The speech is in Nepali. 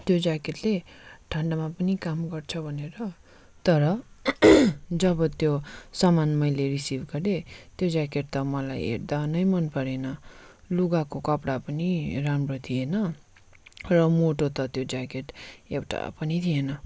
त्यो ज्याकेटले ठन्डामा पनि काम गर्छ भनेर तर जब त्यो सामान मैले रिसिभ गरेँ त्यो ज्याकेट त मलाई हेर्दा नै मन परेन लुगाको कपडा पनि राम्रो थिएन र मोटो त त्यो ज्याकेट एउटा पनि थिएन